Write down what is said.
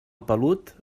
pelut